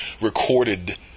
recorded